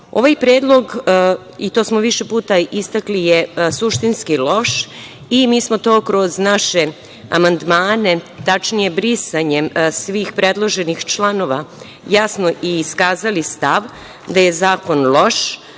predlog, to smo više puta istakli, je suštinski loš i mi smo to kroz naše amandmane, tačnije brisanjem svih predloženih članova jasno i iskazali stav da je zakon loš,